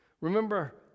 remember